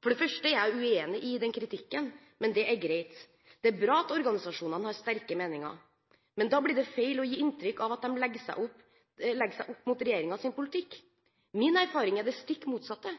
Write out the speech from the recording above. Jeg er uenig i den kritikken, men det er greit. Det er bra at organisasjonene har sterke meninger, men da blir det feil å gi inntrykk av at de legger seg opp mot regjeringens politikk. Min erfaring er det stikk motsatte.